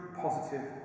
positive